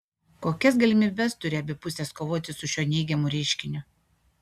kokias galimybes turi abi pusės kovoti su šiuo neigiamu reiškiniu